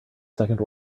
second